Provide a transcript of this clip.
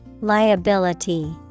Liability